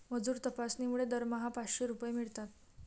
मजूर तपासणीमुळे दरमहा पाचशे रुपये मिळतात